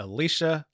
Alicia